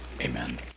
Amen